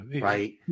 Right